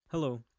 hello